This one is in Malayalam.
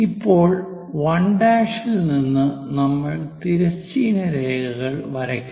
ഇപ്പോൾ 1' ഇൽ നിന്ന് നമ്മൾ തിരശ്ചീന രേഖകൾ വരയ്ക്കണം